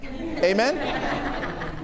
Amen